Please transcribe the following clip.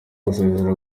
gusezera